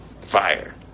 fire